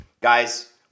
guys